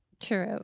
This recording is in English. True